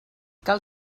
cal